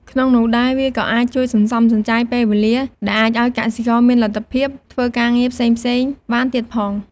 ក្នុងនោះដែរ វាក៏អាចជួយសន្សំសំចៃពេលវេលា ដែលអាចឱ្យកសិករមានលទ្ធភាពធ្វើការងារផ្សេងៗបានទៀតផង។